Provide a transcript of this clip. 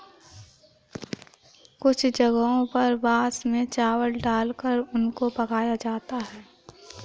कुछ जगहों पर बांस में चावल डालकर उनको पकाया जाता है